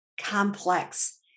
complex